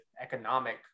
economic